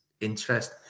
interest